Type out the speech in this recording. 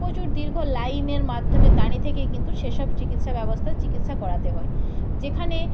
প্রচুর দীর্ঘ লাইনের মাধ্যমে দাঁড়িয়ে থেকে কিন্তু সেসব চিকিৎসা ব্যবস্থার চিকিৎসা করাতে হয় যেখানে